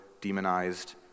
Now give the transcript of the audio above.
demonized